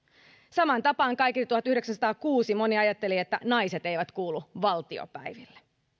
samaan tapaan kaiketi tuhatyhdeksänsataakuusi moni ajatteli että naiset eivät kuulu valtiopäiville